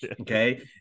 okay